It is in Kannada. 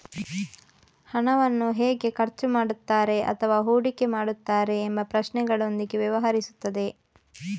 ಹಣವನ್ನು ಹೇಗೆ ಖರ್ಚು ಮಾಡುತ್ತಾರೆ ಅಥವಾ ಹೂಡಿಕೆ ಮಾಡುತ್ತಾರೆ ಎಂಬ ಪ್ರಶ್ನೆಗಳೊಂದಿಗೆ ವ್ಯವಹರಿಸುತ್ತದೆ